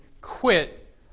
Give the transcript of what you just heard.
quit